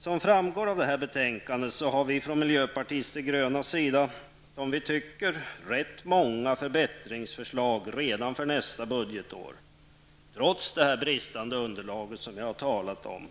Som framgår av det här betänkandet har vi i miljöpartiet de gröna, tycker i alla fall vi, rätt många förslag om förbättringar redan för nästa budgetår. Trots det bristande underlag som jag har talat om